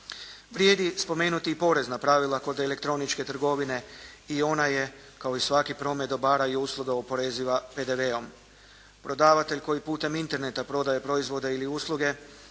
Vrijedi spomenuti i porezna pravila kod elektroničke trgovine i ona je kao i svaki promet dobara i usluga oporeziva PDV-om. Prodavatelj koji putem interneta prodaje proizvode ili usluge